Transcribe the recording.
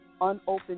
Unopened